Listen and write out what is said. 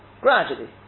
gradually